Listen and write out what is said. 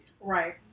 Right